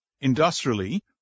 industrially